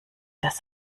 das